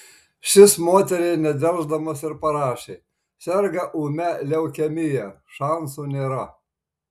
šis moteriai nedelsdamas ir parašė serga ūmia leukemija šansų nėra